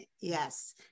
Yes